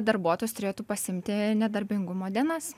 darbuotojas turėtų pasiimti nedarbingumo dienas